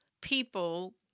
people